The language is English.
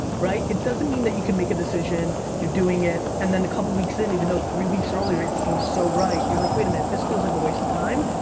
it doesn't mean that you can make a decision, you're doing it and then a couple of weeks didn't even know, three weeks earlier, it seems so, right, you're like, wait a minute, this feels like a waste of time.